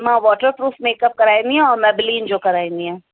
मां waterproof makeup कराईंदी आहियां मेबिलिन जो कराईंदी आहियां